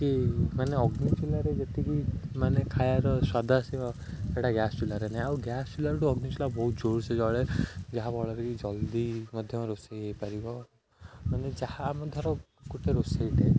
କି ମାନେ ଅଗ୍ନି ଚୂଲାରେ ଯେତିକି ମାନେ ଖାଇବାର ସ୍ୱାଦ ଆସିବ ସେଇଟା ଗ୍ୟାସ୍ ଚୂଲାରେ ନାହିଁ ଆଉ ଗ୍ୟାସ୍ ଚୂଲାଠୁ ଅଗ୍ନି ଚୂଲା ବହୁତ ଜୋର୍ସେ ଜଳେ ଯାହାଫଳରେ କିି ଜଲ୍ଦି ମଧ୍ୟ ରୋଷେଇ ହୋଇପାରିବ ମାନେ ଯାହା ଆମ ଧର ଗୋଟେ ରୋଷେଇଟେ